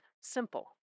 simple